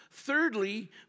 Thirdly